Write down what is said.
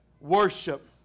Worship